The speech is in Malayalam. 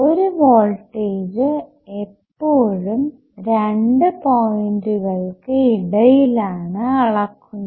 ഒരു വോൾട്ടേജ് എപ്പോഴും 2 പോയിന്റുകൾക്ക് ഇടയിലാണ് അളക്കുന്നത്